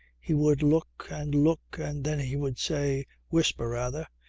he would look and look and then he would say, whisper rather,